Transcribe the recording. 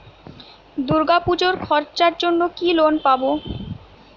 দূর্গাপুজোর খরচার জন্য কি লোন পাব?